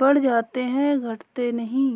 बढ़ जाते हैं घटते नहीं